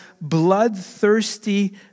bloodthirsty